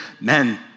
Men